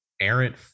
errant